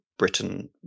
Britain